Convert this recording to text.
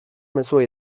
mezua